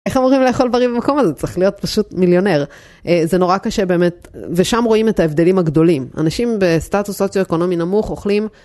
איך אמורים לאכול בריא במקום הזה? צריך להיות פשוט מיליונר. זה נורא קשה באמת, ושם רואים את ההבדלים הגדולים. אנשים בסטטוס סוציו-אקונומי נמוך אוכלים.